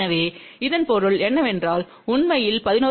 எனவே இதன் பொருள் என்னவென்றால் உண்மையில் 11